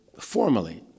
formally